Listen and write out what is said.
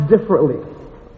differently